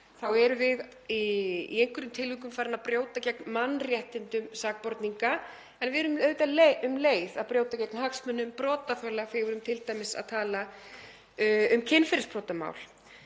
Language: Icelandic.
þá erum við í einhverjum tilvikum farin að brjóta gegn mannréttindum sakborninga en við erum auðvitað um leið að brjóta gegn hagsmunum brotaþola, t.d. þegar við erum að tala um kynferðisbrotamál.